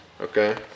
Okay